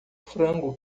frango